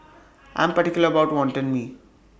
I Am particular about Wantan Mee